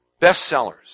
bestsellers